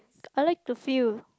I like to feel